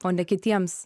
o ne kitiems